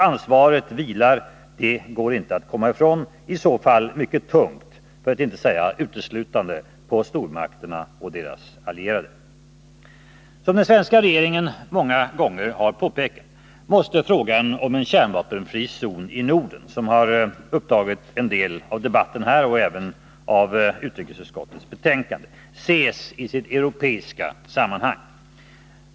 Ansvaret vilar — det går inte att komma ifrån — mycket tungt, för att inte säga uteslutande, på stormakterna och deras allierade om inga resultat nås. Som den svenska regeringen många gånger har påpekat, måste frågan om en kärnvapenfri zon i Norden — som har upptagit en del av debatten här och som även upptar en del av utrikesutskottets betänkande — ses i sitt europeiska sammanhang.